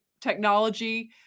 technology